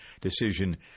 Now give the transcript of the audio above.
decision